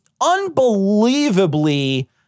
unbelievably